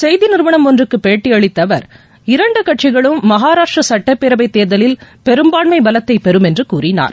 செய்தி நிறுவனம் ஒன்றுக்கு பேட்டியளித்த அவர் இரண்டு கட்சிகளும் மகாராஷட்ரா சுட்டப்பேரவை தேர்தலில் பெரும்பான்மை பலத்தை பெறும் என்றும் கூறினார்